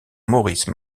maurice